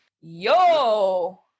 Yo